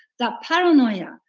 that paranoia,